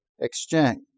exchange